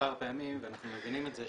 מספר פעמים ואנחנו מבינים את זה,